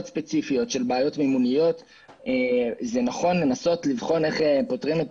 ספציפיות של בעיות מימוניות זה נכון לנסות לבחון איך פותרים את